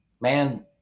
man